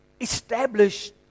established